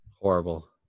Horrible